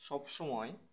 সব সময়